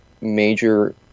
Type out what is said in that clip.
major